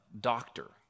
doctor